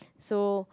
so